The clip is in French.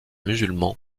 musulmans